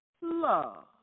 love